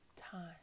Time